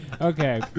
Okay